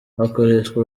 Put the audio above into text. hakoreshwa